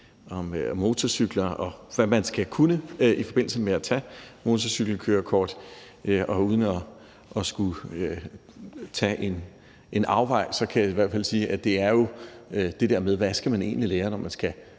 om motorcykler, og hvad man skal kunne i forbindelse med at tage motorcykelkørekort. Uden at skulle komme ud på en afvej, kan jeg i hvert fald sige, at det jo handler om, hvad man egentlig skal lære, når man